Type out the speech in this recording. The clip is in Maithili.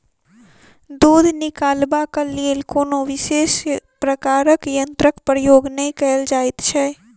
दूध निकालबाक लेल कोनो विशेष प्रकारक यंत्रक प्रयोग नै कयल जाइत छै